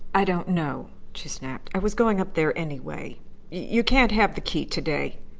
i don't know, she snapped. i was going up there, anyway. you can't have the key to-day.